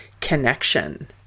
connection